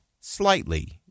slightly